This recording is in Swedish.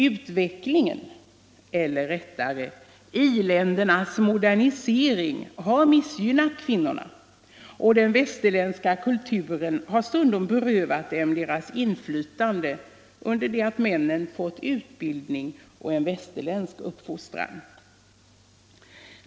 Utvecklingen eller rättare i-ländernas modernisering har missgynnat kvinnorna. Och den västerländska kulturen har stundom berövat dem deras inflytande under det att männen fått utbildning och västerländsk uppfostran.